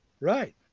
Right